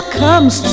comes